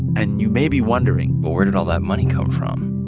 and you may be wondering. well, where did all that money come from?